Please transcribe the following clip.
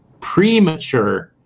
premature